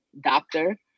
doctor